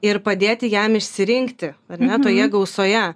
ir padėti jam išsirinkti ar ne toje gausoje